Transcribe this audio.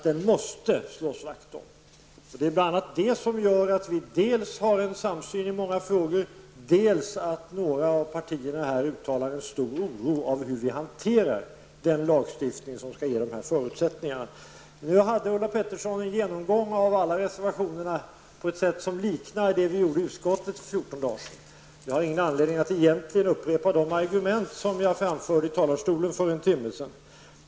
Det är bl.a. detta som gör att vi har en samsyn i många frågor och att några av partierna uttalar en stor oro när det gäller hur vi hanterar den lagstiftning som skall ge dessa förutsättningar. Ulla Pettersson hade en genomgång av alla reservationer på ett sätt som liknar det som vi gjorde i utskottet för fjorton dagar sedan. Jag har ingen anledning att upprepa de argument som jag framförde i talarstolen för en timme sedan.